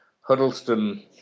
Huddleston